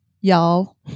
y'all